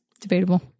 Debatable